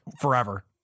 forever